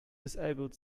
disabled